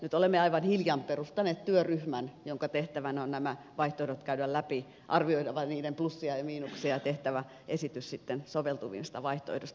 nyt olemme aivan hiljan perustaneet työryhmän jonka tehtävänä on nämä vaihtoehdot käydä läpi arvioida niiden plussia ja miinuksia sekä tehdä esitys soveltuvimmista vaihtoehdoista